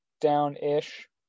down-ish